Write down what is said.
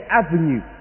avenue